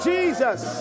Jesus